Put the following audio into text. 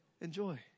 Enjoy